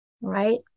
right